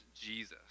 Jesus